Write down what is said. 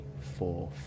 four